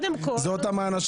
אלה האנשים?